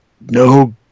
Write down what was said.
no